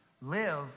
live